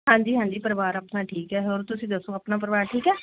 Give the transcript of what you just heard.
ਹਾਂਜੀ ਹਾਂਜੀ ਪਰਿਵਾਰ ਆਪਣਾ ਠੀਕ ਹੈ ਹੋਰ ਤੁਸੀਂ ਦੱਸੋ ਆਪਣਾ ਪਰਿਵਾਰ ਠੀਕ ਹੈ